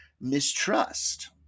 mistrust